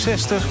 60